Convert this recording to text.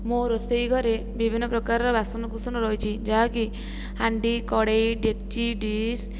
ମୋ ରୋଷେଇ ଘରେ ବିଭିନ୍ନପ୍ରକାରର ବାସନକୁସନ ରହିଛି ଯାହାକି ହାଣ୍ଡି କଡ଼େଇ ଡେକଚି ଡିସ